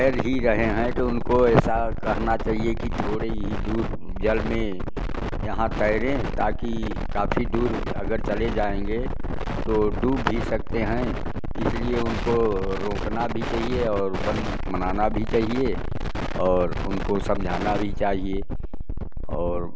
तैर ही रहे हैं तो उनको ऐसा कहना चाहिए कि थोड़े ही दूर जल में यहाँ तैरें ताकि काफी दूर अगर चले जाएँगे तो डूब भी सकते हैं इसलिए उनको रोकना भी चाहिए और बन मनाना भी चाहिए और उनको समझाना भी चाहिए और